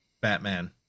Batman